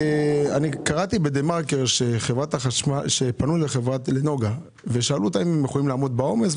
קראתי בדה-מרקר שפנו לנגה ושאלו אותם אם הם יכולים לעמוד בעומס,